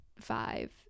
five